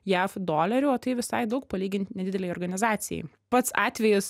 jav dolerių o tai visai daug palyginti nedidelei organizacijai pats atvejis